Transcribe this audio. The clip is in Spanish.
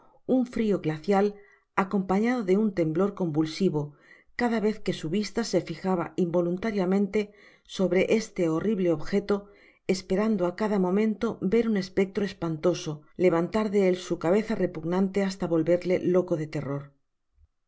un frio glacial acompañado de un temblor convulsivo cada vez que su vista se fijaba involuntariamente sobre este horrible objeto esperando á cada momento ver un espectro espantoso levantar de el su cabeza repugnante hasta volverle loco de terror